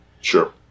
Sure